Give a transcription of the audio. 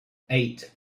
eight